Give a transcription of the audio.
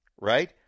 Right